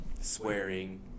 swearing